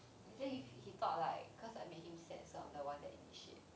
I say he thought like cause I made him sad so I'm the one that initiate